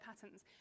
patterns